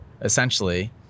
essentially